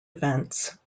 events